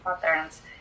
patterns